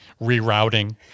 Rerouting